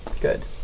good